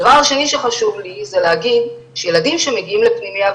דבר שני שחשוב לי זה להגיד שילדים שמגיעים לפנימייה,